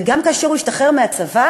וגם כשהשתחרר מהצבא